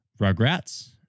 Rugrats